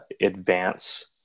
advance